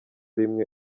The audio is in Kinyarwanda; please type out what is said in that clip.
rimwe